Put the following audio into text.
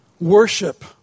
Worship